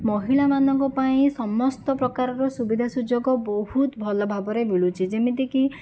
ମହିଳାମାନଙ୍କ ପାଇଁ ସମସ୍ତ ପ୍ରକାରର ସୁବିଧା ସୁଯୋଗ ବହୁତ ଭଲ ଭାବରେ ମିଳୁଛି ଯେମିତିକି